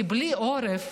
כי בלי עורף